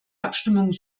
abstimmung